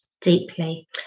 deeply